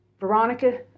Veronica